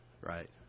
Right